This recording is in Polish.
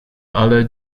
ale